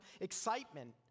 excitement